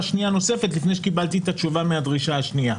שנייה נוספת לפני שקיבלתי את התשובה מהדרישה השנייה.